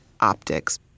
optics